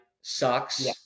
sucks